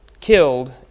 killed